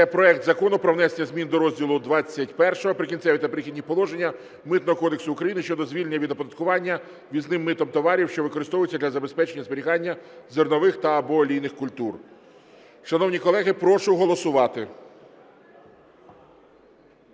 Це проект Закону про внесення зміни до розділу XXІ "Прикінцеві та перехідні положення" Митного кодексу України щодо звільнення від оподаткування ввізним митом товарів, що використовуються для забезпечення зберігання зернових та/або олійних культур. Шановні колеги, прошу голосувати.